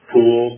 Pool